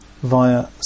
via